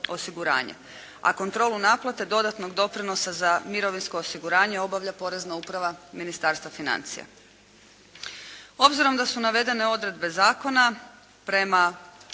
a kontrolu naplate dodatnog doprinosa za mirovinsko osiguranje obavlja Porezna uprava Ministarstva financija. Obzirom da su navedene odredbe zakona prema